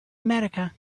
america